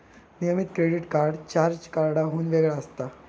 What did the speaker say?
नियमित credit card charge कार्डाहुन वेगळा असता